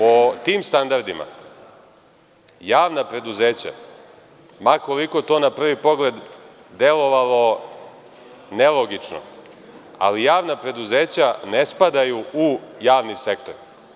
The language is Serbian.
Po tim standardima javna preduzeća, ma koliko to na prvi pogled delovalo nelogično, ali javna preduzeća ne spadaju u javni sektor.